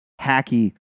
hacky